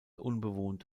unbewohnt